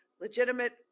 legitimate